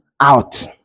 out